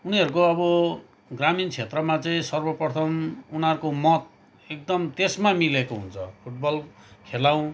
उनीहरूको अब ग्रामीण क्षेत्रमा चाहिँ सर्वप्रथम उनीहरूको मत एकदम त्यसमा मिलेको हुन्छ फुटबल खेलाउँ